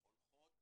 אז היא עכשיו נסעה